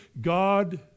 God